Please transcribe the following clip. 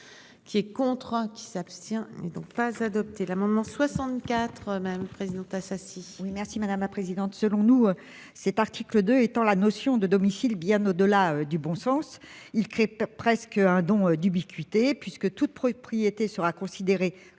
Qui est contre qui s'abstient et donc pas adopté l'amendement 64 même président Assassi. Oui merci madame la présidente selon nous cet article de étant la notion de domicile bien au-delà du bon sens. Il crée presque un don d'ubiquité puisque toute propriété sera considéré